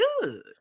good